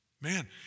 Man